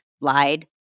lied